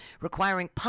requiring